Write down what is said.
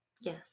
yes